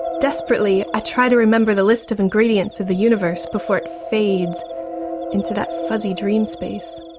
desperately i try to remember the list of ingredients of the universe before it fades into that fuzzy dream space.